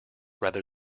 rather